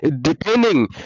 Depending